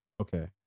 Okay